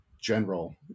general